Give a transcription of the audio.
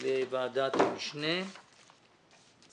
לישיבת ועדת המשנה שתתקיים